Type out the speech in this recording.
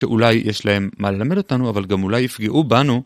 ואולי יש להם מה ללמר אותנו, אבל גם אולי יפגעו בנו.